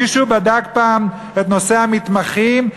מישהו בדק פעם את נושא המתמחים,